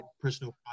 personal